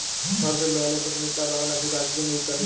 ভারতেল্লে অলেক রকমের চাঁ বাগাল আছে দার্জিলিংয়ে ইত্যাদি